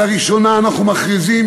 לראשונה אנחנו מכריזים,